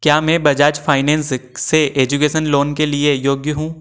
क्या मैं बजाज फाइनेंस से एजुकेसन लोन के लिए योग्य हूँ